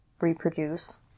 reproduce